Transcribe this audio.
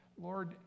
Lord